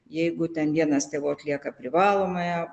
jeigu ten vienas tėvų atlieka privalomąją